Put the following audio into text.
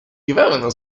vivevano